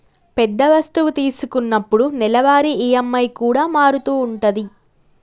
పెద్ద వస్తువు తీసుకున్నప్పుడు నెలవారీ ఈ.ఎం.ఐ కూడా మారుతూ ఉంటది